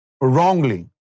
wrongly